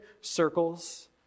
circles